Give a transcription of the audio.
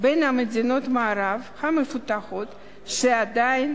בין מדינות המערב המפותחות שעדיין